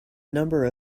number